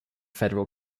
federal